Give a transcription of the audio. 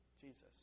Jesus